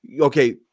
okay